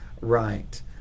right